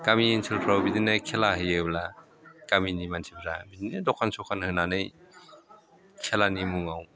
गामि ओनसोलफ्राव बिदिनो खेला होयोब्ला गामिनि मानसिफ्रा बिदिनो दखान सखान होनानै खेलानि मुङाव